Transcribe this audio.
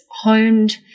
honed